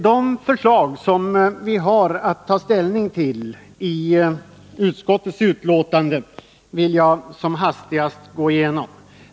De förslag i utskottets betänkande som vi har att ta ställning till skall jag gå aktiesparandet igenom som hastigast.